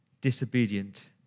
disobedient